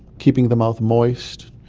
keeping the mouth moist,